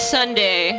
Sunday